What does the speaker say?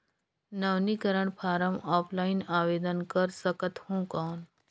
नवीनीकरण form offline आवेदन कर सकत हो कौन?